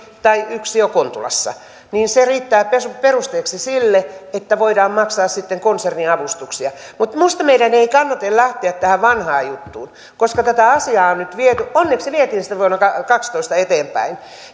tai yksiö kontulassa se riittää perusteeksi sille että voidaan maksaa sitten konserniavustuksia mutta minusta meidän ei kannata lähteä tähän vanhaan juttuun koska tätä asiaa nyt onneksi vietiin vuonna kaksitoista eteenpäin